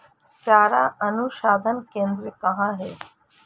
चारा अनुसंधान केंद्र कहाँ है?